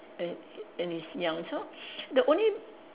and and he's young so the only